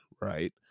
right